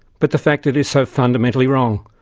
but the fact that it is so fundamentally wrong.